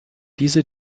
diese